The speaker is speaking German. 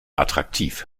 attraktiv